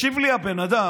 השיב לי הבן אדם,